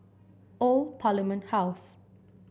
Old Parliament House